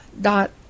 dot